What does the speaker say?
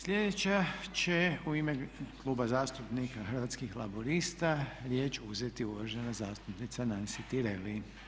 Sljedeća će u ime Kluba zastupnika Hrvatskih laburista riječ uzeti uvažena zastupnica Nansi Tireli.